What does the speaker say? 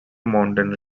mountain